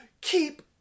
keep